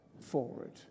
forward